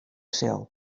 sil